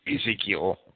Ezekiel